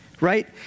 Right